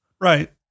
Right